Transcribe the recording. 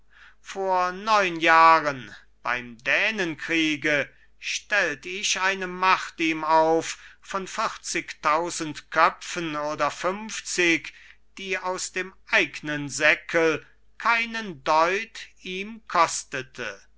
vor neun jahren beim dänenkriege stellt ich eine macht ihm auf von vierzigtausend köpfen oder fünfzig die aus dem eignen säckel keinen deut ihm kostete